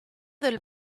del